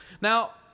Now